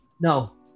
No